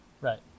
right